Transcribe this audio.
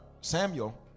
Samuel